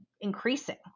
increasing